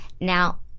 Now